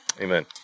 amen